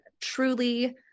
truly